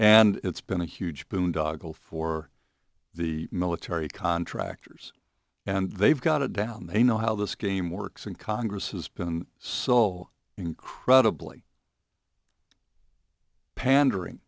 and it's been a huge boondoggle for the military contractors and they've got it down they know how this game works and congress has been so incredibly pandering